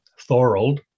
Thorold